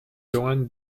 joan